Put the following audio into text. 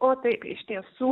o taip iš tiesų